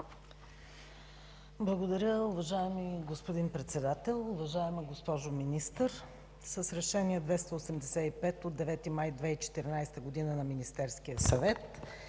Благодаря, уважаеми господин Председател. Уважаема госпожо Министър, с Решение № 285 от 9 май 2014 г. на Министерския съвет